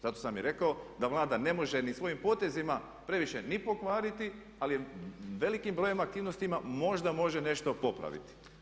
Zato sam i rekao da Vlada ne može ni svojim potezima previše ni pokvariti ali velikim brojem aktivnosti možda može nešto popraviti.